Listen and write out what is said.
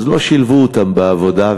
אז לא שילבו אותם בעבודה.